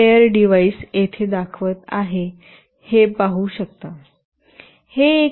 आपण pair device येथे दाखवत आहे हे पाहू शकता